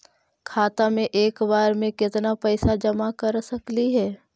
खाता मे एक बार मे केत्ना पैसा जमा कर सकली हे?